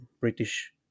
british